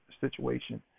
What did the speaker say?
situation